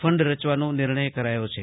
fund રચવાનો નિર્ણય કરાયો છે